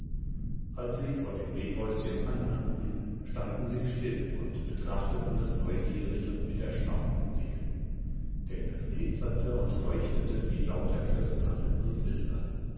als sie vor dem rebhäuschen anlangten standen sie still und betrachteten es neugierig und mit erstaunten blicken denn es glitzerte und leuchtete wie lauter kristall und silber